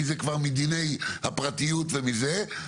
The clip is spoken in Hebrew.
כי זה כבר מדיני הפרטיות ומזה.